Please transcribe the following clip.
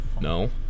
No